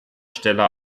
stelle